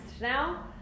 Now